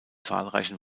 zahlreichen